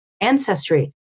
ancestry